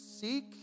seek